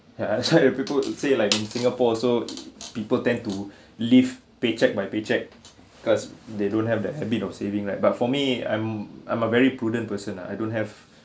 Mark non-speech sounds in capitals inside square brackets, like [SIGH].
ya that's why [LAUGHS] the people would say like in singapore so people tend to [BREATH] live paycheck by paycheck cause they don't have the habit of saving right but for me I'm I'm a very prudent person lah I don't have